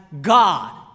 God